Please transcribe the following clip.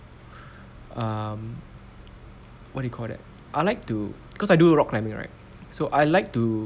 um what do you call that I like to cause I do rock climbing right so I like to